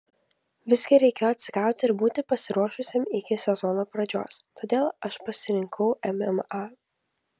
visgi reikėjo atsigauti ir būti pasiruošusiam iki sezono pradžios todėl aš pasirinkau mma